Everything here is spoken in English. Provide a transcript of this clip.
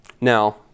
Now